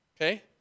Okay